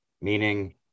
meaning